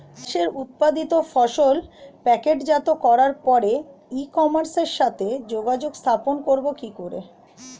চাষের উৎপাদিত ফসল প্যাকেটজাত করার পরে ই কমার্সের সাথে যোগাযোগ স্থাপন করব কি করে?